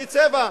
לפי צבע,